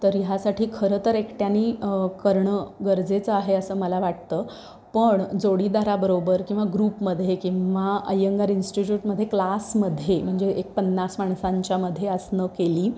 तर ह्यासाठी खरंतर एकट्याने करणं गरजेचं आहे असं मला वाटतं पण जोडीदाराबरोबर किंवा ग्रुपमध्ये किंवा अयंगार इन्स्टिट्यूटमध्ये क्लासमध्ये म्हणजे एक पन्नास माणसांच्या मध्ये आसनं केली